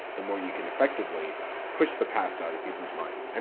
the more you can effectively push the past out of people's minds. i